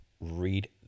read